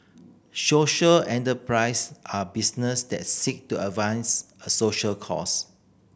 social enterprise are business that seek to advance a social cause